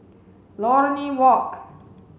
Lornie Walk